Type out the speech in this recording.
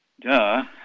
Duh